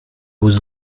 was